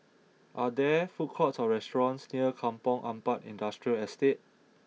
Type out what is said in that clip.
are there food courts or restaurants near Kampong Ampat Industrial Estate